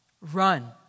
Run